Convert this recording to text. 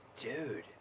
Dude